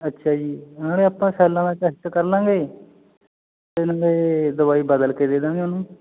ਅੱਛਾ ਜੀ ਨਾਲੇ ਆਪਾਂ ਸੈਲਾਂ ਦਾ ਟੈਸਟ ਕਰ ਲਾਂਗੇ ਅਤੇ ਨਾਲੇ ਦਵਾਈ ਬਦਲ ਕੇ ਦੇ ਦਾਂਗੇ ਉਹਨੂੰ